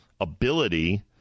ability